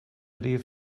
rif